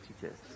teachers